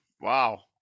wow